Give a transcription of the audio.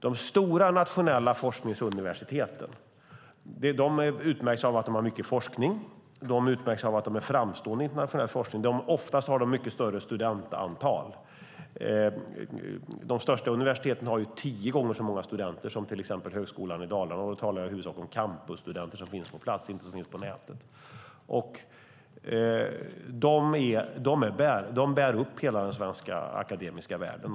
De stora nationella forskningsuniversiteten utmärks av att de har mycket forskning. De utmärks av att de är framstående i internationell forskning. Oftast har de mycket högre studentantal. De största universiteten har tio gånger så många studenter som till exempel Högskolan Dalarna, och då talar jag huvudsakligen om campusstudenter som finns på plats och inte om dem som finns på nätet. De stora universiteten bär upp hela den svenska akademiska världen.